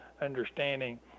understanding